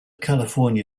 california